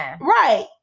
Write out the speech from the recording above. Right